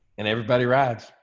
and everybody rides.